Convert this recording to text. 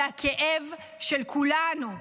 זה הכאב של כולנו.